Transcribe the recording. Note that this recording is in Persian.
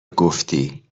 گفتی